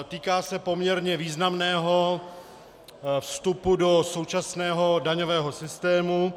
Týká se poměrně významného vstupu do současného daňového systému.